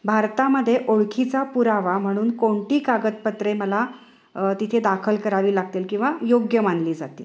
भारतामध्ये ओळखीचा पुरावा म्हणून कोणती कागदपत्रे मला तिथे दाखल करावी लागतील किंवा योग्य मानली जातील